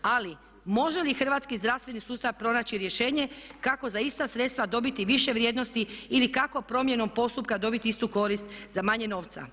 Ali, može li hrvatski zdravstveni sustav pronaći rješenje kako za ista sredstva dobiti više vrijednosti ili kako promjenom postupka dobiti istu korist za manje novca.